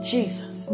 Jesus